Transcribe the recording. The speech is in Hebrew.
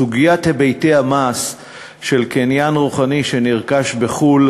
סוגיית היבטי המס של קניין רוחני שנרכש בחו"ל